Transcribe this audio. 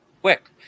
Quick